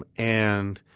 ah and